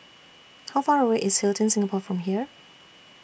How Far away IS Hilton Singapore from here